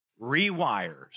rewires